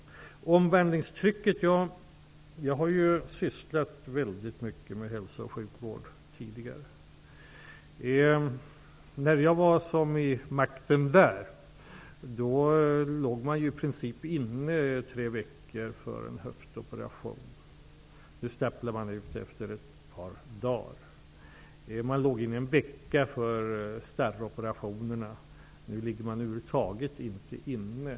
När det gäller omvandlingstrycket kan jag säga att jag tidigare har sysslat mycket med hälso och sjukvårdsfrågor. När jag arbetade med de frågorna låg patienterna i princip inne tre veckor för en höftoperation. Nu staplar de ut efter ett par dagar. Man låg inne en vecka för en starroperation. Nu ligger man över huvud taget inte inne.